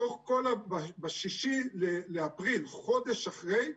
ב-6 באפריל, חודש אחרי,